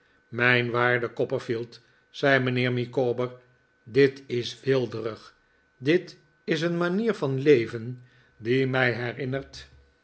mijn waarde copperfield zei mijnheer micawber dit is weelderig dit is een manier van leven die mij herinnert